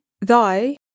thy